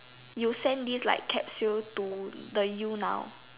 you send this like capsule to the you now